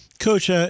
Coach